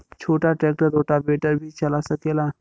छोटा tractor rotavator भी चला सकेला?